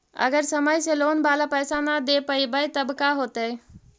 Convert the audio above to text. अगर समय से लोन बाला पैसा न दे पईबै तब का होतै?